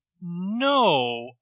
No